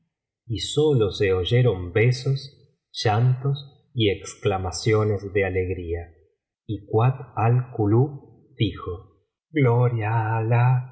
y sólo se oyeron besos llantos y exclamaciones de alegría y kuat al kulub dijo gloria á